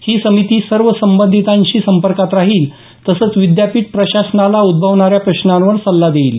ही समिती सर्व संबंधितांशी संपर्कात राहील तसंच विद्यापीठ प्रशासनाला उद्भवणा या प्रश्नांवर सल्ला देईल